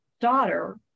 daughter